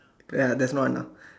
ya that's no Anna